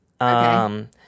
Okay